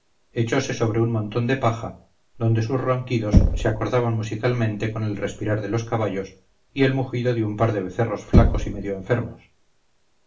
alcalde echose sobre un montón de paja donde sus ronquidos se acordaban musicalmente con el respirar de los caballos y el mugido de un par de becerros flacos y medio enfermos